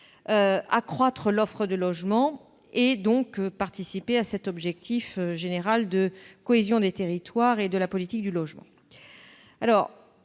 accroître l'offre de logements et participer à l'objectif général de cohésion des territoires et de la politique du logement.